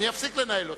אני אפסיק לנהל אותה.